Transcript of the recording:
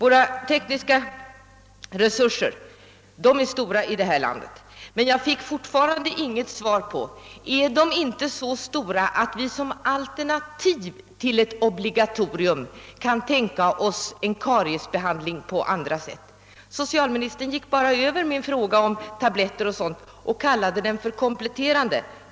De tekniska resurserna i vårt land är stora, men jag fick fortfarande inget svar på frågan, om de inte är så stora, att vi som ett alternativ till ett obligatorium kan tänka oss en kariesprofylax genomförd på andra sätt. Socialministern gick bara förbi min fråga om användning av tabletter o.d. genom att beteckna dem som kompletterande.